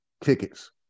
tickets